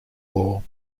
law